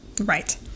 Right